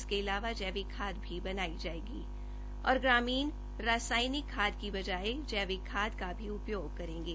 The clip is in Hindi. इसके अलावा जैविक खाद भी बनाई जायेगी और ग्रामीण रासायनिक खाद की बजाय जैविक खाद का भी उपयोग करेंगे